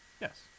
Yes